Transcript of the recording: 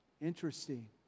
Interesting